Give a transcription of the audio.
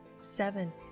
seven